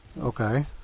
Okay